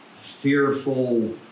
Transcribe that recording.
fearful